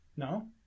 no